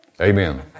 Amen